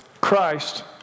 Christ